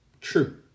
true